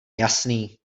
jasný